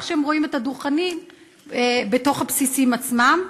שהם רואים את הדוכנים בתוך הבסיסים עצמם.